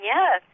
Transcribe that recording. Yes